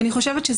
לדעתי,